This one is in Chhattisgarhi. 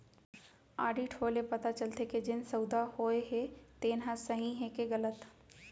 आडिट होए ले पता चलथे के जेन सउदा होए हे तेन ह सही हे के गलत